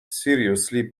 seriously